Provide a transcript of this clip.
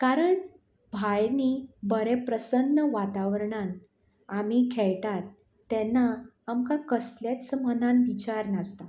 कारण भायर न्ही बरें प्रसन्न वातावरणांत आमी खेयटात तेन्ना आमकां कसलेच मनान विचार नासता